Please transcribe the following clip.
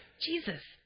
Jesus